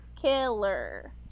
killer